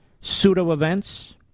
pseudo-events